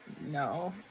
No